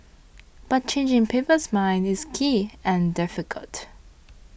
but changing people's minds is key and difficult